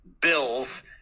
Bills